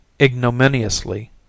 ignominiously